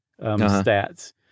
stats